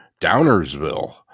Downersville